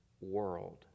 world